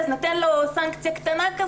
אז ניתן לו סנקציה קטנה,